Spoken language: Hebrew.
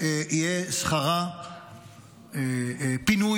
שיהיה שכרה פינוי גדול,